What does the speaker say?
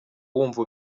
wumva